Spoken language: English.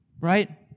Right